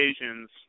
occasions